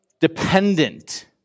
dependent